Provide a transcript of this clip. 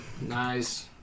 Nice